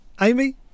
Amy